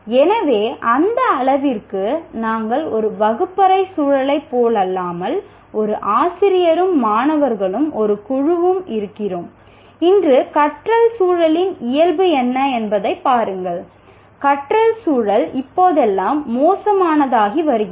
எனவே அந்த அளவிற்கு நாங்கள் ஒரு வகுப்பறை சூழலைப் போலல்லாமல் ஒரு ஆசிரியரும் மாணவர்களும் ஒரு குழுவும் இருக்கிறோம் இன்று கற்றல் சூழலின் இயல்பு என்ன என்பதைப் பாருங்கள் கற்றல் சூழல் இப்போதெல்லாம் மோசமானதாகி வருகிறது